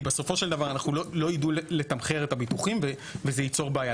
כי בסופו של דבר אנחנו לא ידעו לתמחר את הביטוחים וזה ייצור בעיה.